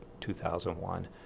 2001